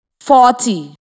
forty